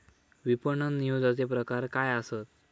विपणन नियोजनाचे प्रकार काय आसत?